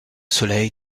soleil